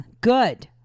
good